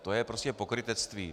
To je prostě pokrytectví.